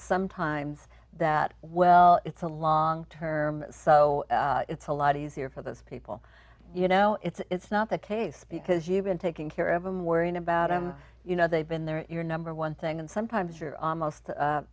sometimes that well it's a long term so it's a lot easier for those people you know it's not the case because you've been taking care of them worrying about him you know they've been there your number one thing and sometimes you're almost